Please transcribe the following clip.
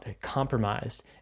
compromised